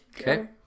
Okay